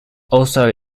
also